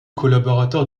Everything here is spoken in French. collaborateur